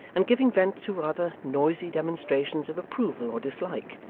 and giving vent to rather noisy demonstrations of approval or dislike,